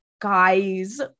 guys